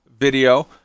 video